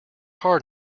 hard